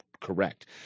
correct